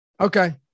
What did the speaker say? Okay